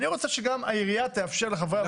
אני רוצה גם העירייה תאפשר לחברי המועצה.